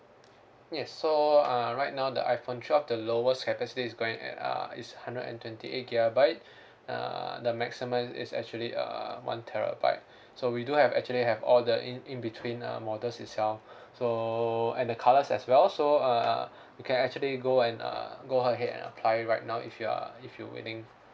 yes so uh right now the iphone twelve the lowest capacity is going at uh is hundred and twenty eight gigabyte uh the maximum is actually uh one terabyte so we do have actually have all the in in between uh models itself so and the colours as well so uh you can actually go and uh go ahead and apply it right now if you are if you willing